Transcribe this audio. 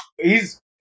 He's-